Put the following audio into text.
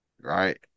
Right